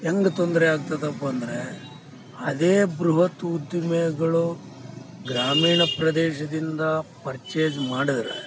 ಹೆಂಗ್ ತೊಂದರೆ ಆಗ್ತದಪ್ಪ ಅಂದರೆ ಅದೇ ಬೃಹತ್ ಉದ್ಯಮಿಗಳು ಗ್ರಾಮೀಣ ಪ್ರದೇಶದಿಂದ ಪರ್ಚೆಸ್ ಮಾಡಿದ್ರೆ